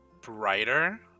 brighter